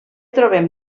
trobem